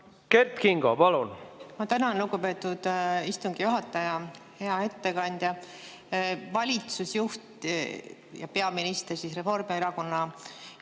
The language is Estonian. Kert Kingo, palun! Ma tänan, lugupeetud istungi juhataja! Hea ettekandja! Valitsusjuht ja peaminister, Reformierakonna